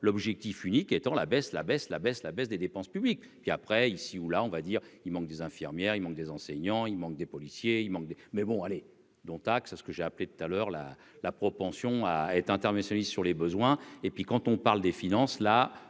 l'objectif unique étant la baisse, la baisse, la baisse, la baisse des dépenses publiques et puis après, ici ou là, on va dire : il manque des infirmières, il manque des enseignants, il manque des policiers, il manque des mais, bon, allez, dont taxe, ce que j'ai appelé tout à l'heure là la propension à être interventionniste sur les besoins et puis quand on parle des finances, là